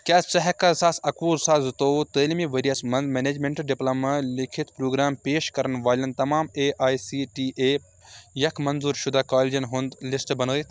کیٛاہ ژٕ ہیٚکھا زٕ ساس اَکوُہ زٕ ساس زٕتووُہ تعلیٖمی ؤرۍ یَس مَنٛز میٚنیجمیٚنٛٹ مَنٛز ڈِپلوما لیولُک پروگرام پیش کرن وٲلۍ تمام A I C T E یٕکۍ منظوٗر شُدٕ کالجن ہُنٛد لسٹ بنٲوِتھ؟